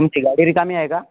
तुमची गाडी रिकामी आहे का